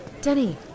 Denny